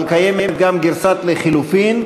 אבל קיימת גם גרסת לחלופין,